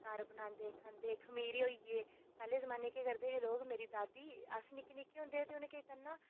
घर बनांदे खंदे खमीरे होई गे पैह्ले जमानै च केह् करदे हे लोक मेरी दादी अस निक्के निक्के होंदे हे ते उ'नें केह् करना